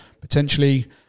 potentially